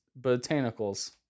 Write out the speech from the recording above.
botanicals